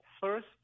First